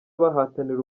bahatanira